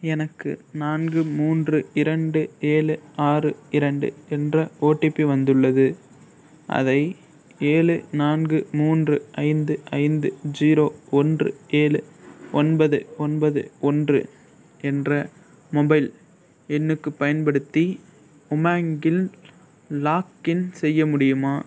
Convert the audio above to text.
எனக்கு நான்கு மூன்று இரண்டு ஏழு ஆறு இரண்டு என்ற ஓடிபி வந்துள்ளது அதை ஏழு நான்கு மூன்று ஐந்து ஐந்து ஜீரோ ஒன்று ஏழு ஒன்பது ஒன்பது ஒன்று என்ற மொபைல் எண்ணுக்குப் பயன்படுத்தி உமாங் இல் லாக்இன் செய்ய முடியுமா